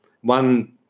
one